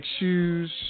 Shoes